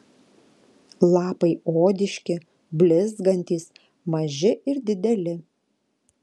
lapai odiški blizgantys maži ir dideli